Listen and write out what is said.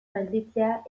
gelditzea